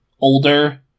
older